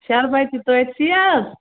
شَربَتہِ توتہِ سیاہ حظ